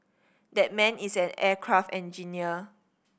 that man is an aircraft engineer